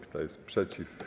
Kto jest przeciw?